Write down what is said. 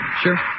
sure